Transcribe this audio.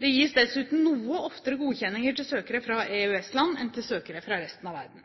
Det gis dessuten noe oftere godkjenninger til søkere fra EØS-land enn til søkere fra resten av verden.